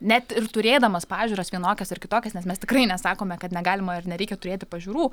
net ir turėdamas pažiūras vienokias ar kitokias nes mes tikrai nesakome kad negalima ir nereikia turėti pažiūrų